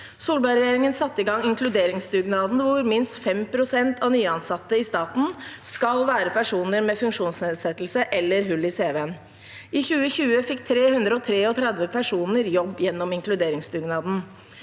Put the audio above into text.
Solbergregjeringen satte i gang inkluderingsdugnaden, hvor minst fem prosent av nyansatte i staten skal være personer med funksjonsnedsettelse eller hull i CV-en. I 2020 fikk 333 personer jobb gjennom inkluderingsdugnaden.